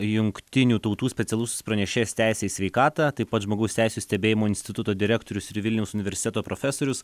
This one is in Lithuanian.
jungtinių tautų specialusis pranešėjas teisei į sveikatą taip pat žmogaus teisių stebėjimo instituto direktorius ir vilniaus universiteto profesorius